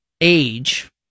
age